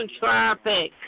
traffic